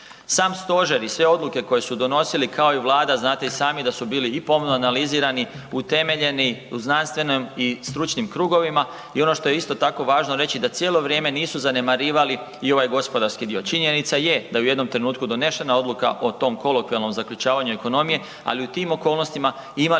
Sam stožer i sve odluke koje su donosili kao i Vlade znate i sami da su bili i pomno analizirani, utemeljeni u znanstvenim i stručnim krugovima i ono što je isto tako važno reći da cijelo vrijeme nisu zanemarivali i ovaj gospodarski dio. Činjenica je da u jednom trenutku donešena odluka o tom kolokvijalnom zaključavanju ekonomije, ali u tim okolnostima imali